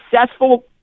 successful